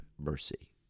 mercy